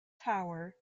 tower